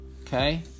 Okay